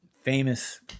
famous